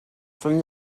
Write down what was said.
from